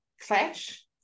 clash